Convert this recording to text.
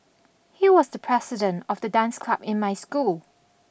he was the president of the dance club in my school